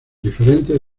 diferentes